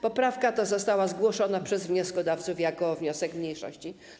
Poprawka ta została zgłoszona przez wnioskodawców jako wniosek mniejszości.